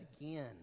again